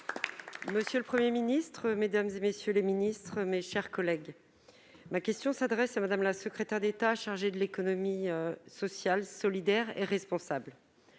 monsieur le Premier ministre, mesdames, messieurs les ministres, mes chers collègues, ma question s'adresse à Mme la secrétaire d'État chargée de l'économie sociale, solidaire et responsable.